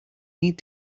need